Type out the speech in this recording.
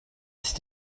ist